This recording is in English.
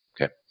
Okay